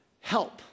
Help